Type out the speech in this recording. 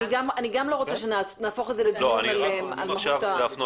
אני גם לא רוצה שנהפוך את זה לדיון על מהות ה --- רק אם אפשר להפנות,